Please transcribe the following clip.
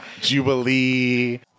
Jubilee